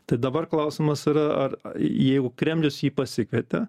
tai dabar klausimas yra ar jeigu kremlius jį pasikvietė